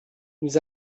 nous